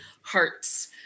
hearts